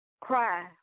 Cry